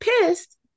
pissed